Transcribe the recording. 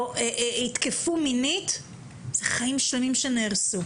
או שיתקפו מינית, אלו חיים שלמים שנהרסו.